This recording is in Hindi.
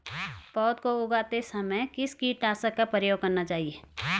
पौध को उगाते समय किस कीटनाशक का प्रयोग करना चाहिये?